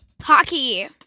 Hockey